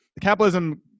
Capitalism